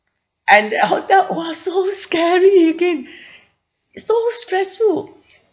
and the hotel !wah! so scary again so stressful